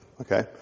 Okay